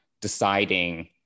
deciding